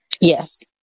Yes